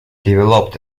developed